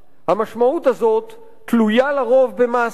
המשמעות הזאת תלויה לרוב במעשה כלשהו,